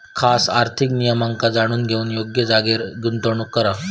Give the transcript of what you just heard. खास आर्थिक नियमांका जाणून घेऊन योग्य जागेर गुंतवणूक करा